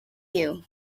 you